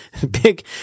big